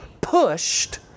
pushed